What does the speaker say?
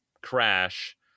crash